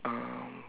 um